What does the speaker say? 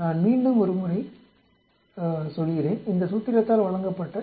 நான் மீண்டும் ஒரு முறை மீண்டும் சொல்கிறேன் இந்த சூத்திரத்தால் வழங்கப்பட்ட